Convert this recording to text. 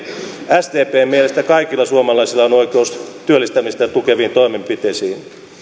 sdpn mielestä kaikilla suomalaisilla on oikeus työllistymistä tukeviin toimenpiteisiin